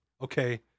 okay